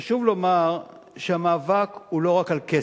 חשוב לומר שהמאבק הוא לא רק על כסף.